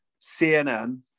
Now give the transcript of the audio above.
CNN